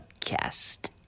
podcast